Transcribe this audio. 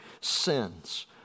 sins